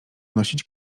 nosić